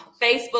facebook